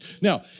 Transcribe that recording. Now